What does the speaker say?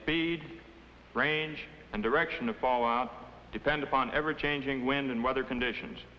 speed range and direction of fallout depend upon ever changing wind and weather conditions